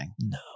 No